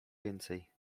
więcej